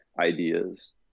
ideas